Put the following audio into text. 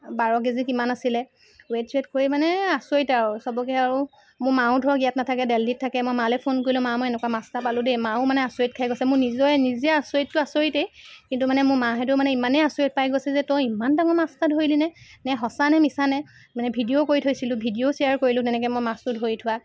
বাৰ KG কিমান আছিলে weight ছোৱেইট কৰি মানে আচৰিত আৰু চবকে আৰু মোৰ মাইও ধৰক ইয়াত নাথাকে দেলহিত থাকে মই মালে ফোন কৰিলো মা মই এনেকুৱা মাছ এটা পালোঁ দেই মাও মানে আচৰিত খাই গৈছে মোৰ নিজৰে নিজেই আচৰিতটো আচৰিতেই কিন্তু মানে মোৰ মাহঁতেও মানে ইমানেই আচৰিত পাই গৈছে যে তই ইমান ডাঙৰ মাছ এটা ধৰিলি নে নে সঁচানে মিছানে মানে ভিডিঅ' কৰি থৈছিলো ভিডিঅ' শ্বেয়াৰ কৰিলো তেনেকৈ মই মাছটো ধৰি থোৱা